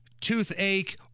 toothache